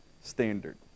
standard